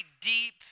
deep